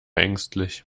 ängstlich